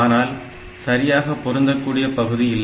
ஆனால் சரியாக பொருந்த கூடிய பகுதி இல்லை